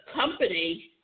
company